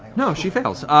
no, she fails.